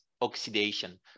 oxidation